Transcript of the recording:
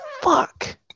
fuck